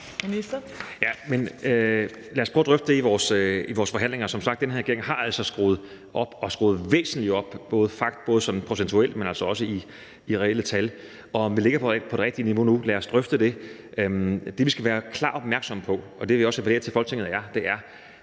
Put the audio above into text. Lad os prøve at drøfte det i vores forhandlinger. Som sagt har den her regering altså skruet væsentligt op både sådan procentuelt, men altså også i reelle tal. Om vi ligger på det rigtige niveau nu – lad os drøfte det. Det, som vi klart skal være opmærksomme på, og det vil jeg også appellere til Folketinget om, er,